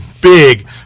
Big